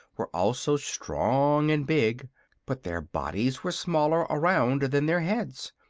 were also strong and big but their bodies were smaller around than their heads,